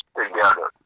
together